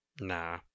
nah